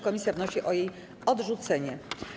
Komisja wnosi o jej odrzucenie.